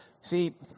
see